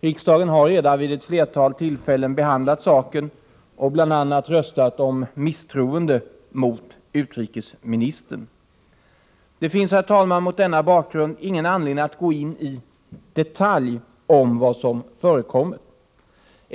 Riksdagen har vid ett flertal tillfällen behandlat saken och bl.a. röstat om misstroende mot utrikesministern. Herr talman! Det finns mot denna bakgrund ingen anledning att gå in i detalj om vad som har förekommit.